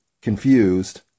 confused